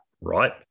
right